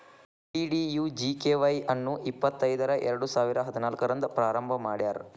DDUGKY Y ಅನ್ನು ಇಪ್ಪತೈದರ ಎರಡುಸಾವಿರ ಹದಿನಾಲ್ಕು ರಂದ್ ಪ್ರಾರಂಭ ಮಾಡ್ಯಾರ್